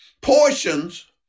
portions